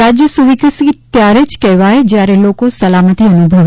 રાજ્ય સુવિકસીત ત્યારે જ કહેવાય જ્યારે લોકો સલામતી અનુભવે